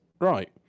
Right